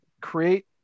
create